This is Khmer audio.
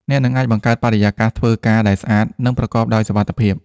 អ្នកនឹងអាចបង្កើតបរិយាកាសធ្វើការដែលស្អាត និងប្រកបដោយសុវត្ថិភាព។